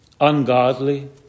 ungodly